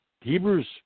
Hebrews